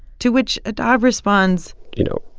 to which, adav responds you know,